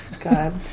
God